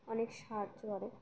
অনেক সাহায্য করে